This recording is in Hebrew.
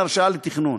וכן הרשאה לתכנון.